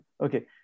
okay